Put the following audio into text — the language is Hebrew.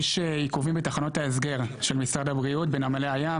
יש עיכובים בתחנות ההסגר של משרד הבריאות בנמלי הים,